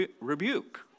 rebuke